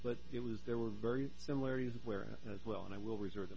but it was there were very similar areas where as well and i will reserve